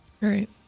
Right